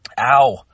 ow